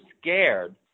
scared